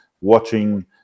watching